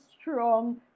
strong